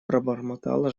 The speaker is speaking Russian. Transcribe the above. пробормотала